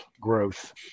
growth